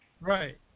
Right